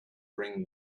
bring